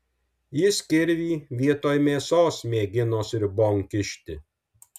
jis kirvį vietoj mėsos mėgino sriubon kišti